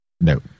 no